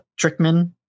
Trickman